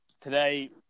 today